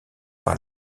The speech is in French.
par